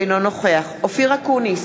אינו נוכח אופיר אקוניס,